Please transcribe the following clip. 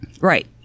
Right